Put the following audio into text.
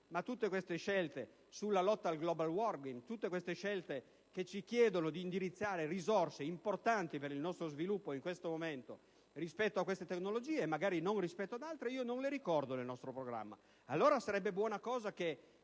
ma tutte queste scelte sulla lotta al *global warming*, tutte queste scelte che ci chiedono di indirizzare risorse importanti per il nostro sviluppo in questo momento su queste tecnologie, e magari non su altre, io non le ricordo nel nostro programma. Sarebbe allora buona cosa che,